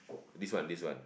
this one this one